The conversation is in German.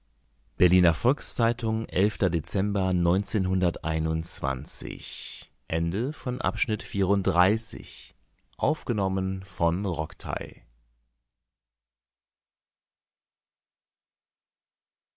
berliner volks-zeitung dezember